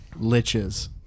liches